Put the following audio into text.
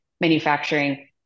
manufacturing